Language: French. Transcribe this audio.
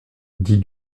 dit